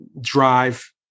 drive